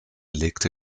legte